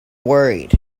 worried